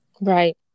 Right